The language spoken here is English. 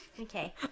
Okay